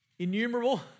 innumerable